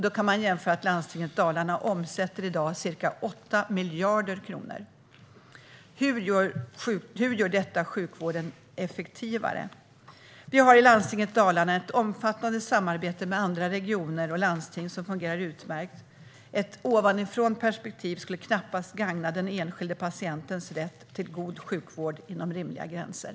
Det kan man jämföra med att Landstinget Dalarna i dag omsätter ca 8 miljarder kronor. Hur skulle det göra sjukvården effektivare? Landstinget Dalarna har ett omfattande och utmärkt samarbete med andra regioner och landsting. Ett ovanifrånperspektiv skulle knappast gagna den enskilde patientens rätt till god sjukvård inom rimliga gränser.